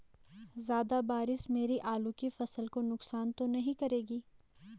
ज़्यादा बारिश मेरी आलू की फसल को नुकसान तो नहीं करेगी?